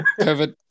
COVID